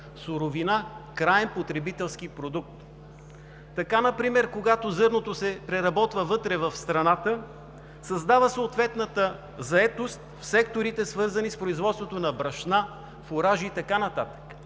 суровина – краен потребителски продукт. Така например, когато зърното се преработва вътре в страната, създава съответната заетост в секторите, свързани с производството на брашна, фуражи и така нататък.